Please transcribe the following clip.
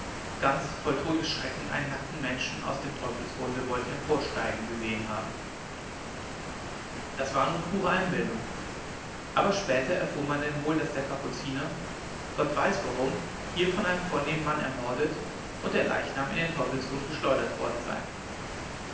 ganz voll todesschrecken einen nackten menschen aus dem teufelsgrunde wollte emporsteigen gesehen haben das war nun pure einbildung aber später erfuhr man denn wohl daß der kapuziner gott weiß warum hier von einem vornehmen mann ermordet und der leichnam in den teufelsgrund geschleudert worden sei